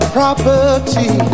property